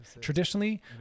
traditionally